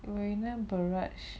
marina barrage